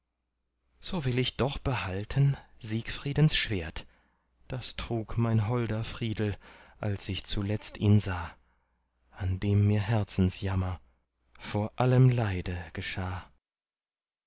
so will ich doch behalten siegfriedens schwert das trug mein holder friedel als ich zuletzt ihn sah an dem mir herzensjammer vor allem leide geschah